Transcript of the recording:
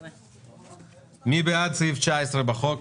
סעיף 19. מי בעד סעיף 19 בחוק?